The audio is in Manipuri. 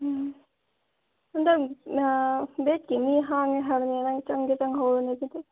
ꯎꯝ ꯍꯟꯗꯛ ꯕꯦꯠꯀꯤ ꯃꯤ ꯍꯥꯡꯉꯦ ꯍꯥꯏꯕꯅꯦ ꯅꯪ ꯆꯪꯒꯦ ꯆꯪꯍꯧꯔꯣꯅꯦ ꯑꯗꯨꯗꯤ